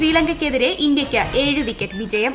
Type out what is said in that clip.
ശ്രീലങ്കയ്ക്കെതിരെ ഇന്ത്യയ്ക്ക് ഏഴ് വിക്കറ്റ് വിജയം